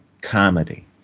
comedy